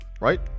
right